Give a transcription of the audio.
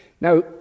Now